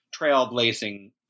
trailblazing